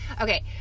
Okay